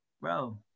bro